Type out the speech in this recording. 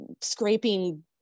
scraping